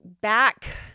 back